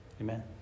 Amen